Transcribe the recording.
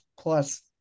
plus